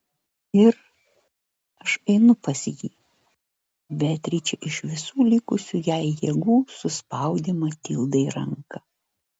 ir aš einu pas jį beatričė iš visų likusių jai jėgų suspaudė matildai ranką